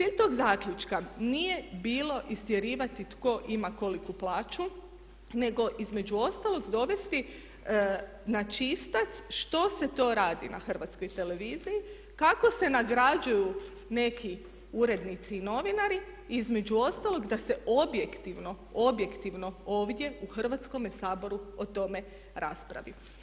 Cilj tog zaključka nije bilo istjerivati tko ima koliku plaću, nego između ostalog dovesti na čistac što se to radi na Hrvatskoj televiziji, kako se nagrađuju neki urednici i novinari, između ostalog da se objektivno, objektivno ovdje u Hrvatskome saboru o tome raspravi.